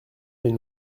mais